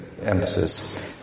emphasis